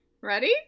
ready